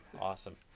awesome